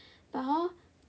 but hor